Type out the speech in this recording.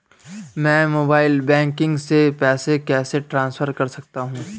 मैं mobile banking से पैसे कैसे ट्रांसफर कर सकता हूं?